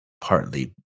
partly